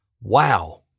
Wow